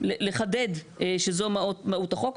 לחדד שזו מהות החוק.